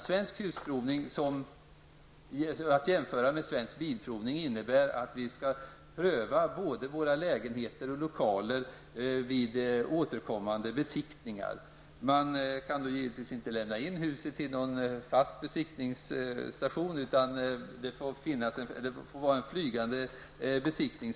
Svensk Husprovning, att jämföra med Svensk Bilprovning, innebär att vi skall pröva både våra lägenheter och lokaler vid återkommande besiktningar. Man kan givetvis inte lämna in huset till någon fast besiktningsstation, utan det får bli en ''flygande besiktning''.